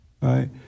right